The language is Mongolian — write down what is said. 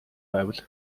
байвал